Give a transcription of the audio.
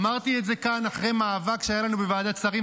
אמרתי את זה כאן אחרי מאבק שהיה לנו בוועדת השרים,